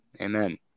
Amen